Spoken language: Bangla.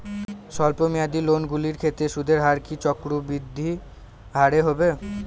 স্বল্প মেয়াদী লোনগুলির ক্ষেত্রে সুদের হার কি চক্রবৃদ্ধি হারে হবে?